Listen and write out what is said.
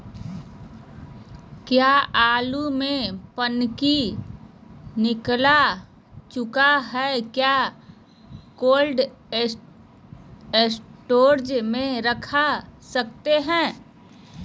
क्या आलु में पनकी निकला चुका हा क्या कोल्ड स्टोरेज में रख सकते हैं?